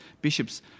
bishops